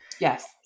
Yes